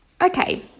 okay